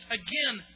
again